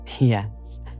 yes